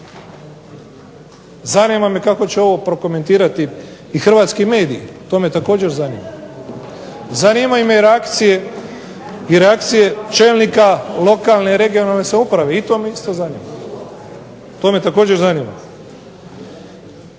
Zanima me kako će ovo prokomentirati i hrvatski mediji, to me također zanima. Zanimaju me i reakcije čelnika lokalne regionalne samouprave, i to me isto zanima. To me također zanima.